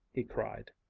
he cried.